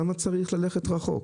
למה צריך ללכת רחוק?